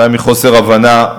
אולי מחוסר הבנה.